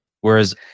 whereas